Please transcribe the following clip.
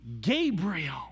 Gabriel